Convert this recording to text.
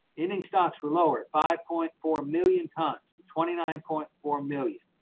ending stocks were lowered five point four million tons, twenty nine point four million,